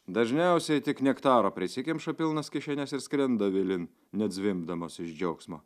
dažniausiai tik nektaro prisikemša pilnas kišenes ir skrenda avilin net zvimbdamos iš džiaugsmo